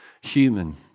human